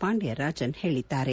ಪಾಂಡಿಯರಾಜನ್ ಹೇಳಿದ್ದಾರೆ